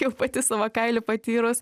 jau pati savo kailiu patyrus